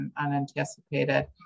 unanticipated